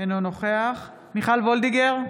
אינו נוכח מיכל וולדיגר,